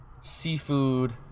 seafood